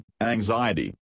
Anxiety